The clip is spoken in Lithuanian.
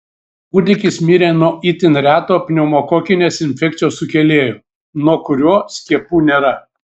kūdikis mirė nuo itin reto pneumokokinės infekcijos sukėlėjo nuo kurio skiepų nėra